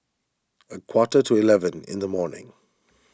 a quarter to eleven in the morning